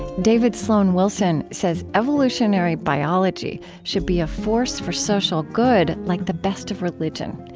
david sloan wilson says evolutionary biology should be a force for social good like the best of religion.